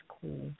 cool